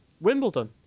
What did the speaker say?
Wimbledon